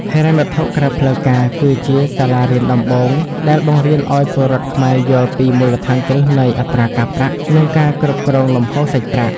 ហិរញ្ញវត្ថុក្រៅផ្លូវការគឺជា "សាលារៀនដំបូង" ដែលបង្រៀនឱ្យពលរដ្ឋខ្មែរយល់ពីមូលដ្ឋានគ្រឹះនៃអត្រាការប្រាក់ និងការគ្រប់គ្រងលំហូរសាច់ប្រាក់។